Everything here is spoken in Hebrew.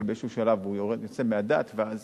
שבאיזשהו שלב הוא יוצא מהדת ואז